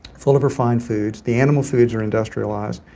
full of refined foods. the animal foods are industrialized.